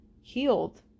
healed